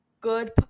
good